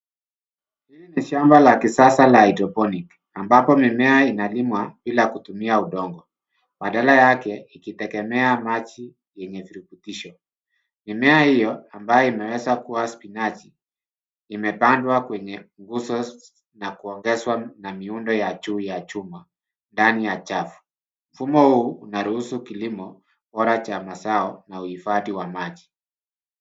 Hii ni shamba la kisasa la hydroponic ambayo mimea inalimwa bila kutumia udongo badala yake ikitegemea maji yenye virutubisho. Mimea hiyo ambayo imeweza kuwa spinachi imepandwa kwenye nguzo na kuongezwa na miundo ya juu ya chuma ndani ya chafu. Mfumo huu unaruhusu kilimo bora cha mazao na uhifadhi wa maji.